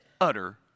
utter